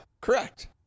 Correct